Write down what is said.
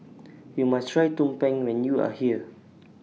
YOU must Try Tumpeng when YOU Are here